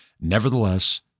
Nevertheless